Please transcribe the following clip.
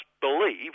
believe